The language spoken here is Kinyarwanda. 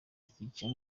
icyicaro